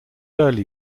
early